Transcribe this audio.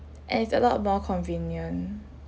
and it's a lot more convenient